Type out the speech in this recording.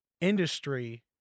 industry